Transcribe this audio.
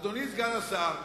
אדוני סגן השר,